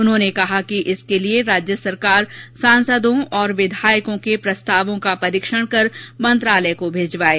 उन्होंने कहा कि इसके लिए राज्य सरकार सांसदों और विधायकों के प्रस्तावों का परीक्षण कर मंत्रालय को भिजवाये